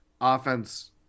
Offense